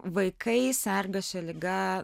vaikai serga šia liga